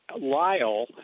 Lyle